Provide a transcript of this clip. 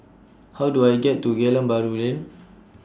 How Do I get to Geylang Bahru Lane